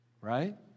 Right